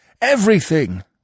Everything